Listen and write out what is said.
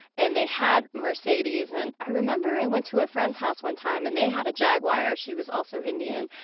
and they had mercedes. and i remember we went to a friend's house one time, and they had a jaguar. she was also indian,